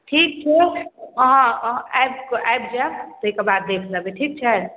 ठीक छै अहाँ अहाँ आबिके आबि जायब तैके बाद देख लेबै ठीक छै